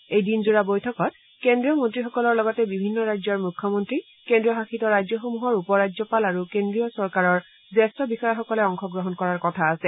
এই দিনজোৰা বৈঠকত কেন্দ্ৰীয় মন্ত্ৰীসকলৰ লগতে বিভিন্ন ৰাজ্যৰ মুখ্যমন্ত্ৰী কেদ্ৰীয়শাসিত ৰাজ্যসমূহৰ উপ ৰাজ্যপাল আৰু কেদ্ৰীয় চৰকাৰৰ জ্যেষ্ঠ বিষয়াসকলে অংশগ্ৰহণ কৰাৰ কথা আছে